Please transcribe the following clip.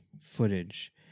footage